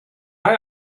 our